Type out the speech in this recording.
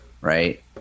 right